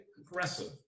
aggressive